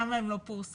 למה הן לא פורסמו.